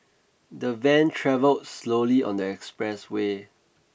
the van travelled slowly on the expressway